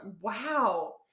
wow